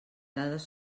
dades